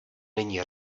není